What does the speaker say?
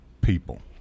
people